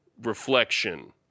reflection